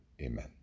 Amen